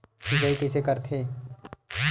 सिंचाई कइसे करथे?